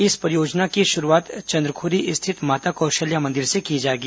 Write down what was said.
इस परियोजना की शुरुआत चंद्रखुरी रिथित माता कौशल्या मंदिर से की जाएगी